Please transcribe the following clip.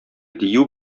дию